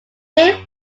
hill